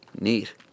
Neat